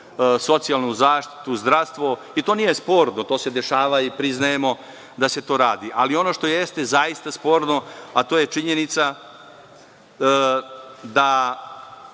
socijalnu zaštitu, zdravstvo i to nije sporno, to se dešava i priznajemo da se to radi. Ono što jeste zaista sporno, a to je činjenica da